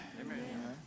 Amen